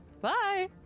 bye